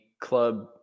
club